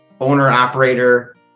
owner-operator